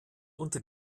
unter